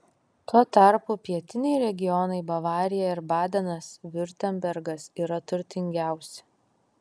tuo tarpu pietiniai regionai bavarija ir badenas viurtembergas yra turtingiausi